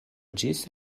ĝis